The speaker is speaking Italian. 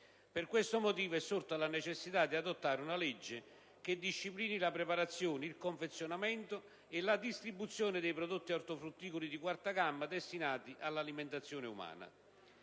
Per questo motivo, è sorta la necessità di adottare una legge che disciplini la preparazione, il confezionamento e la distribuzione dei prodotti ortofrutticoli di quarta gamma destinati all'alimentazione umana.